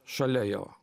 šalia jo